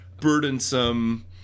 burdensome